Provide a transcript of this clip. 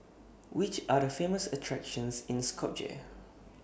Which Are The Famous attractions in Skopje